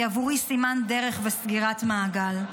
הוא עבורי סימן דרך וסגירת מעגל.